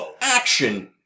action